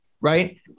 right